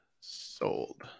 sold